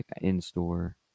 in-store